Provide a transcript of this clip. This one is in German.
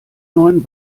neuen